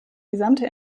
gesamte